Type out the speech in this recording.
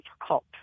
difficult